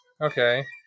Okay